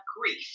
grief